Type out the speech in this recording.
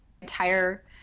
entire